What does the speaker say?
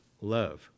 love